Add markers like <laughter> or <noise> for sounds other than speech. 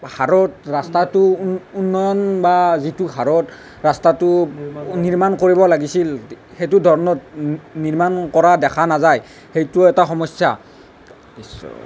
হাৰত ৰাস্তাটো উন্নয়ন বা যিটো হাৰত ৰাস্তাটো নিৰ্মাণ কৰিব লাগিছিল সেইটো ধৰণত নিৰ্মাণ কৰা দেখা নাযায় সেইটোও এটা সমস্যা <unintelligible>